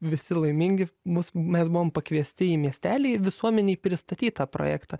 visi laimingi mus mes buvom pakviesti į miestelį visuomenei pristatyt tą projektą